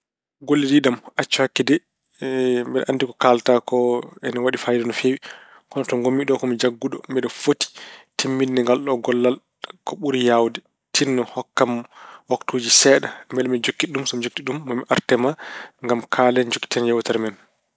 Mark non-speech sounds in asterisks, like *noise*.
Ngollodiiɗo am, accu hakke de *hesitation* mbeɗa anndi ko kaalata ko ina waɗi fayiida no feewi. Kono to ngonmi ɗo, ko mi jannguɗo. Mbeɗa foti timminde ngalɗo gollal ko ɓuri yawde. Tinno hokkam waktuuji seeɗa mbele mbeɗa jokkita ɗum. So mi jokkitii ɗum maa mi arte e ma ngam kaalen, njokkiten yeewtere men.